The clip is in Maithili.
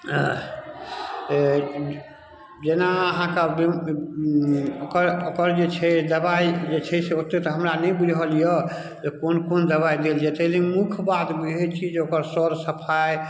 जेना अहाँके ओकर ओकर जे छै दबाइ जे छै से ओते तऽ हमरा नहि बुझल यऽ जे कोन कोन दबाइ देल जेतै लेकिन मुख्य बात बुझै छियै जे ओकर सौर सफाइ